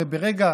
הרי ברגע